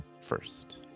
first